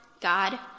God